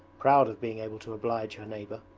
proud of being able to oblige her neighbour.